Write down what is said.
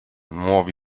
nuovi